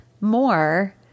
more